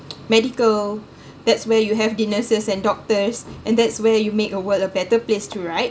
medical that's where you have the nurses and doctors and that's where you make a world a better place too right